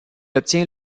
obtient